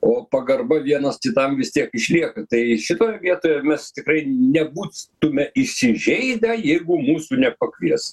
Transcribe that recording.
o pagarba vienas kitam vis tiek išlieka tai šitoje vietoje mes tikrai nebūtume įsižeidę jeigu mūsų nepakvies